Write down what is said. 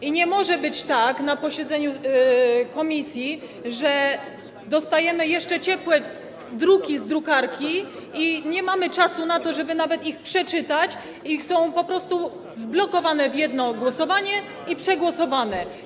I nie może być tak na posiedzeniu komisji, że dostajemy jeszcze ciepłe druki z drukarki i nie mamy czasu na to, żeby nawet je przeczytać, i są po prostu zblokowane w jedno głosowanie i przegłosowane.